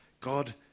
God